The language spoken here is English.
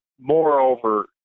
moreover